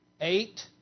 eight